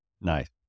Nice